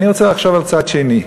אני רוצה לחשוב על הצד השני.